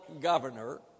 governor